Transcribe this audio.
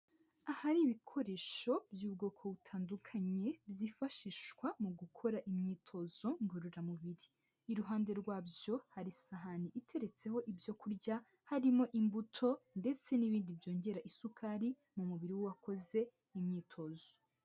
Ahari ibikoresho by'ubwoko butandukanye byifashishwa mu gukora imyitozo ngororamubiri, iruhande rwabyo hari isahani iteretseho ibyo kurya. Harimo imbuto ndetse n'ibindi byongera isukari mu mubiri w'uwakoze imyitozo.